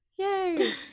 Yay